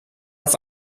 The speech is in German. auf